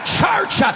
church